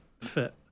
fit